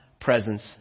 presence